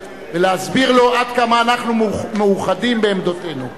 ולהסביר לו עד כמה אנחנו מאוחדים בעמדותינו,